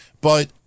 But-